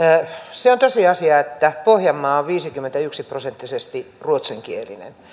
se on tosiasia että pohjanmaa on viisikymmentäyksi prosenttisesti ruotsinkielinen